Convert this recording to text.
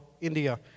India